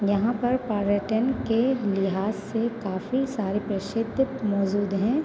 यहाँ पर पर्यटन के लिहास से काफ़ी सारे प्रसिद्ध मौज़ूद हैं